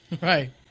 Right